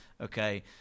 Okay